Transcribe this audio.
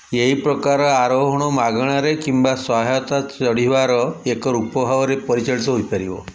ଏହି ପ୍ରକାରର ଆରୋହଣ ମାଗଣାରେ କିମ୍ବା ସହାୟତା ଚଢ଼ିବାର ଏକ ରୂପ ଭାବରେ ପରିଚାଳିତ ହୋଇପାରିବ